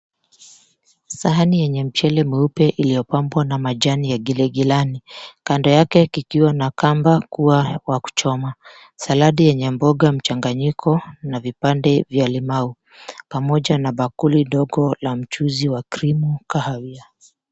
Sahani yenye mchele mweupe iliopambwa na majani ya giligilani. Kando yake kikiwa na kamba kuwa wa kuchoma, saladi yenye mboga mchanganyiko, na vipande vya limau pamoja na bakuli ndogo la mchuzi wa krimu kahawia.